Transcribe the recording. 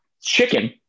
Chicken